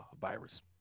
virus